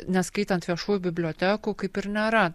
neskaitant viešųjų bibliotekų kaip ir nėra